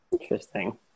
interesting